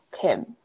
Kim